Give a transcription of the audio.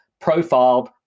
profiled